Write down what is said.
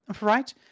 Right